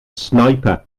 sniper